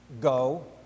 go